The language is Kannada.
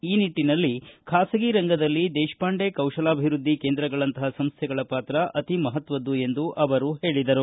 ಆ ನಿಟ್ಟನಲ್ಲಿ ಬಾಸಗಿ ರಂಗದಲ್ಲಿ ದೇಶಪಾಂಡೆ ಕೌಶಲ್ಯಭಿವೃದ್ಧಿ ಕೇಂದ್ರಗಳಂತಹ ಸಂಸ್ಥೆಗಳು ಪಾತ್ರ ಅತೀ ಮಹತ್ವದ್ದು ಎಂದು ಅವರು ಹೇಳಿದರು